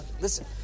Listen